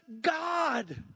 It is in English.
God